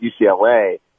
UCLA